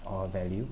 or value